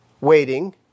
waiting